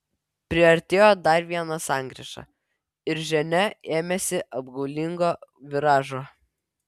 priartėjo dar viena sankryža ir ženia ėmėsi apgaulingo viražo